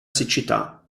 siccità